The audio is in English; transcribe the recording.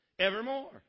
evermore